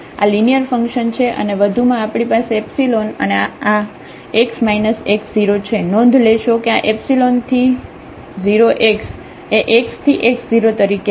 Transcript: આ linear function છે અને વધુમાં આપણી પાસે અને આ x x0 છે નોંધ લેશો કે આ ϵ→0 x એ x→x0 તરીકે છે